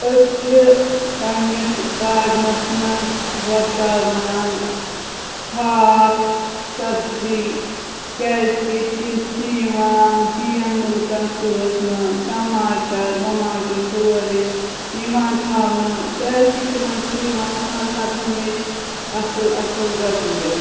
أسۍ چھِ پَننِس گارڈنَس منٛز ووٚبداوان ہاکھ سَبزی کیٛازِکہِ تِم چھِ یِوان بیٚین مُلکَن سوزنہٕ ٹَماٹر وَماٹر سورُے یِوان تھاونہٕ کیٛازِکہِ تِمَن چھُ یِوان ہَر ہَمیشہٕ اصٕل اصٕل رۄپیہِ